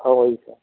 हाँ वही का